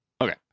Okay